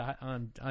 on